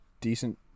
decent